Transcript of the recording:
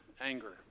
anger